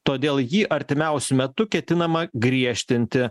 todėl jį artimiausiu metu ketinama griežtinti